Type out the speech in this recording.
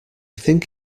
think